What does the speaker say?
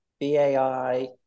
BAI